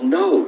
no